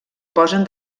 posen